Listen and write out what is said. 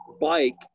bike